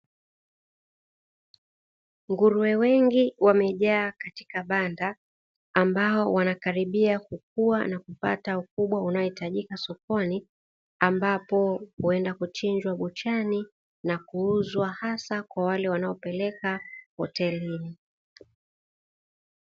Nguruwe wengi wamejaa katika banda ambao wanakaribia kukua na kupata ukubwa unaohitajika sokoni, ambapo huenda kuchinjwa buchani na kuuzwa hasa kwa wale wanaopeleka hotelini.